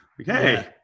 okay